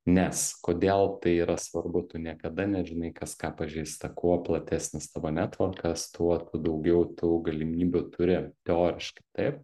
nes kodėl tai yra svarbu tu niekada nežinai kas ką pažįsta kuo platesnis tavo netvorkas tuo daugiau tų galimybių turi teoriškai taip